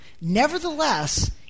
nevertheless